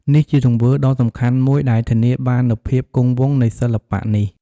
នេះជាទង្វើដ៏សំខាន់មួយដែលធានាបាននូវភាពគង់វង្សនៃសិល្បៈនេះ។